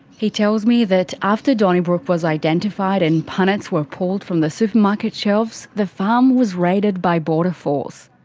he tells me that after donnybrook was identified and punnets were pulled from the supermarket shelves, the farm was raided by border force.